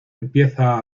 empieza